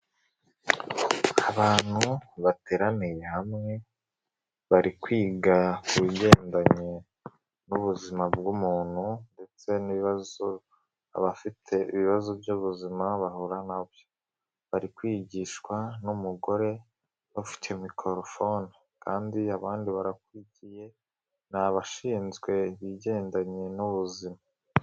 Abantu bateraniye hamwe bari kwiga ku bigendanye n'ubuzima bw'umuntu ndetse n'ibibazo aba afite, ibibazo by'ubuzima bahura na byo, bari kwigishwa n'umugore bafite mikorofone kandi abandi barakurikiye, ni abashinzwe ibigendanye n'ubuzima.